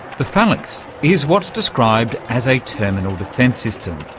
the phalanx is what's described as a terminal defence system.